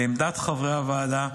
לעמדת חברי הוועדה,